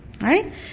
Right